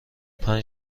پنج